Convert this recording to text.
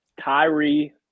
Kyrie